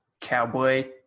cowboy